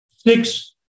six